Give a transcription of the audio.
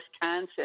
Wisconsin